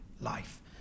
life